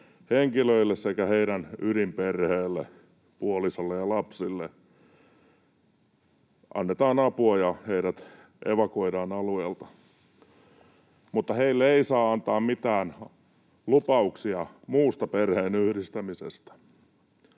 henkilöille sekä heidän ydinperheilleen, puolisolle ja lapsille, annetaan apua ja heidät evakuoidaan alueelta, mutta heille ei saa antaa mitään lupauksia muusta perheenyhdistämisestä.